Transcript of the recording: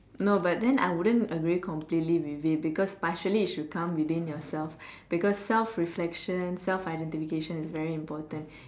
no but then I wouldn't agree completely with it because partially it should come within yourself because self reflection self identification is very important